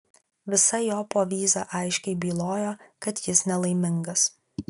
visa jo povyza aiškiai bylojo kad jis nelaimingas